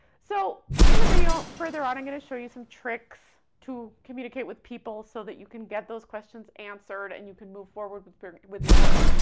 so in the video further on, i'm gonna show you some tricks to communicate with people so that you can get those questions answered and you can move forward with with your work.